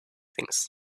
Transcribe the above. things